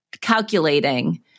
calculating